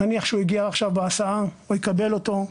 נניח שהוא הגיע עכשיו בהסעה, הוא יקבל אותו.